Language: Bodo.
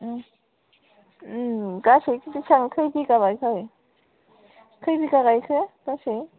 गासै बिसिबां खै बिगा गायखो खै बिगा गायखो गासै